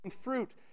fruit